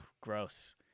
gross